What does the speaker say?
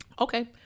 Okay